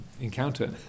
encounter